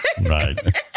Right